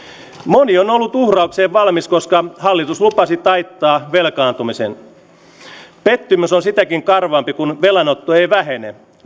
moni on ollut uhraukseen valmis koska hallitus lupasi taittaa velkaantumisen pettymys on sitäkin karvaampi kun velanotto ei vähene